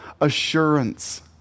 assurance